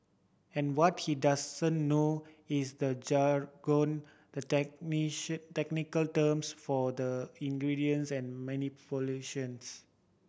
and what he doesn't know is the jargon the technical terms for the ingredients and manipulations